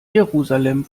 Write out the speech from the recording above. jerusalem